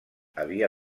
havia